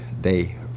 day